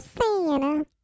Santa